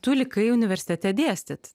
tu likai universitete dėstyt